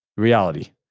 Reality